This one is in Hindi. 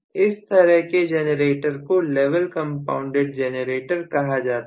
इस तरह के जनरेटर को लेवल कंपाउंडेड जनरेटर कहा जाता है